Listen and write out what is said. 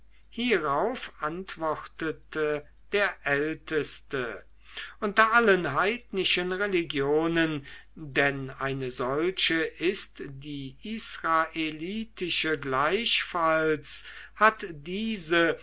hierauf antwortete der älteste unter allen heidnischen religionen denn eine solche ist die israelitische gleichfalls hat diese